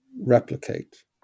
replicate